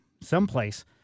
someplace